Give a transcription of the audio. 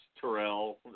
Terrell